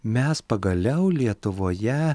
mes pagaliau lietuvoje